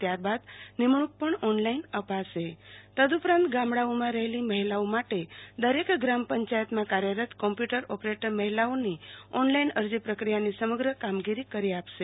ત્યારબાદ નિમણું ક પણ ઓનલાઈન અપાશે તદઉપરાંત ગામડાઓમાં રહેતી મહિલાઓ માટે દરેક ગ્રામપંચાયતમાં કાર્યરત કોમ્પ્યુટર ઓપરેટર મહિલાઓની ઓનલાઈન અરજી પ્રકિયાની સમગ્ર કામગીરી કરી આપશે